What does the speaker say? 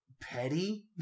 petty